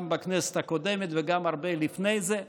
גם בכנסת הקודמת וגם הרבה לפני זה.